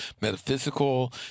metaphysical